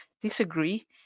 disagree